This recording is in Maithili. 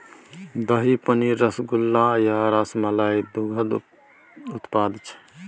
दही, पनीर, रसगुल्ला आ रसमलाई दुग्ध उत्पाद छै